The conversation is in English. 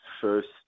first